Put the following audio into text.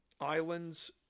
islands